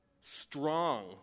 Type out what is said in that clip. strong